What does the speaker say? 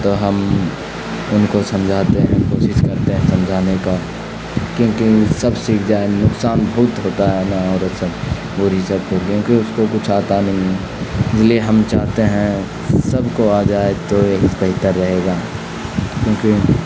تو ہم ان کو سمجھاتے ہیں کوشش کرتے ہیں سمجھانے کا کیونکہ سب سیکھ جائے نقصان بہت ہوتا ہے نہ عورت سب بوڑھی سب کو کیونکہ اس کو کچھ آتا نہیں ہے اس لیے ہم چاہتے ہیں سب کو آ جائے تو یہی بہتر رہے گا کیونکہ